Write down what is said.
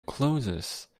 closes